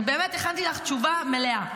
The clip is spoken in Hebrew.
אני באמת הכנתי לך תשובה מלאה,